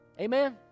Amen